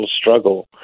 struggle